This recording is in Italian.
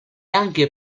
anche